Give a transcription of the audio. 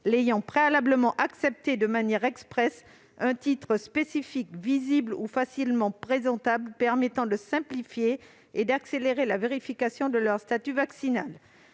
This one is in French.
l'ayant préalablement accepté de manière expresse un titre spécifique visible ou facilement présentable permettant de simplifier et d'accélérer la vérification de leur statut vaccinal.